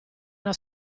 una